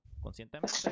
Conscientemente